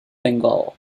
bengal